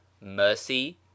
mercy